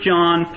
John